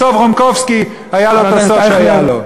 בסוף רומקובסקי, היה לו הסוף שהיה לו.